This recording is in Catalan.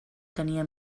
tenia